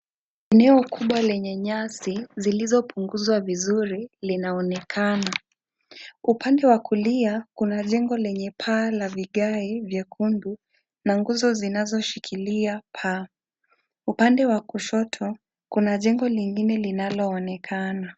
Eneo kubwa lenye nyasi zilizopunguzwa vizuri linaonekana. Upande wa kulia kuna jengo lenye paa la vigae vyekundu na nguzo zinazoshikilia paa. Upande wa kushoto kuna jengo lingine linaloonekana.